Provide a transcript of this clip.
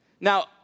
Now